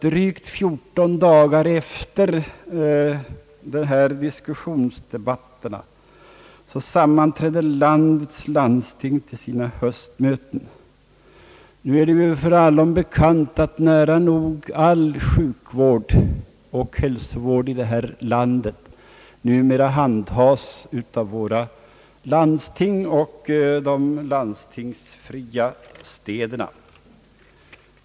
Drygt 14 dagar efter dessa diskussioner sammanträdde landstingen till sina höstmöten. Det är allom bekant att nära nog all sjukoch hälsovård i detta land numera handhas av landstingen och av de landstingsfria städerna.